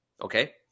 Okay